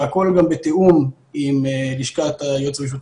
והכול גם בתיאום עם לשכת היועץ המשפטי